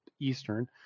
eastern